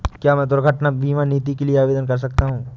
क्या मैं दुर्घटना बीमा नीति के लिए आवेदन कर सकता हूँ?